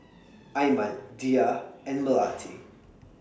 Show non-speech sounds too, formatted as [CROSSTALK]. [NOISE] Iman Dhia and Melati [NOISE]